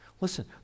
Listen